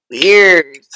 weird